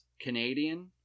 Canadian